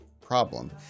problem